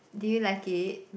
do you like it